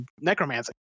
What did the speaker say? necromancy